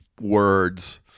words